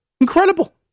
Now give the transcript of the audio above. Incredible